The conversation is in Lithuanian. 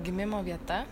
gimimo vieta